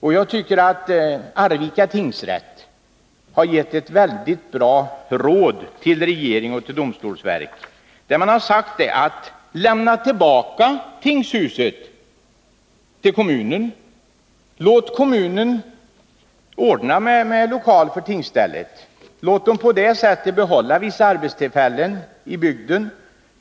Och jag tycker att Arvika tingsrätt har gett ett mycket bra råd till regeringen och domstolsverket. Man har sagt: Lämna tillbaka tingshuset till kommunen, låt kommunen ordna med lokal för tingsstället och på det sättet behålla vissa arbetstillfällen i bygden.